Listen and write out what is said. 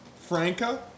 Franca